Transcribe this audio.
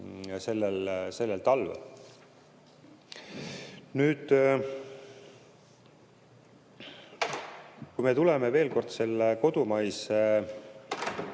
sellel talvel. Nüüd, kui me tuleme veel kord selle kodumaise